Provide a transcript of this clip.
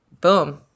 boom